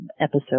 episode